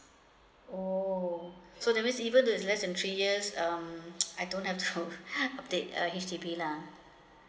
orh so that means even this is less than three years um I don't have to update uh H_D_B lah